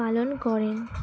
পালন করেন